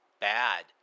bad